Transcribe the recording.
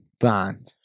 fine